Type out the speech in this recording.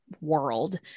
world